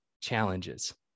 challenges